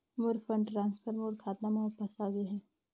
मोर fund transfer मोर खाता म वापस आ गे हे